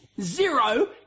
zero